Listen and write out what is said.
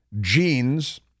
genes